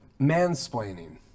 mansplaining